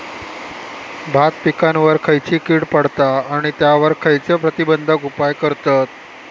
भात पिकांवर खैयची कीड पडता आणि त्यावर खैयचे प्रतिबंधक उपाय करतत?